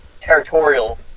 territorial